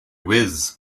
viz